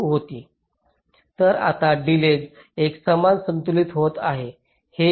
तर आता डिलेज एकसमान संतुलित होत आहे